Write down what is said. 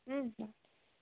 হ'ব